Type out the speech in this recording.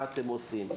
מה אתם עושים?